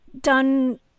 done